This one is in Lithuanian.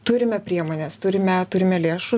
turime priemones turime turime lėšų